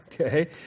okay